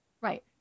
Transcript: Right